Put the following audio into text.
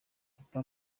papa